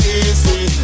easy